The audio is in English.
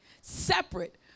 separate